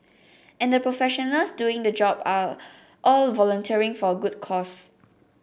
and the professionals doing the job are all volunteering for a good cause